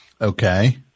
Okay